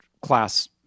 class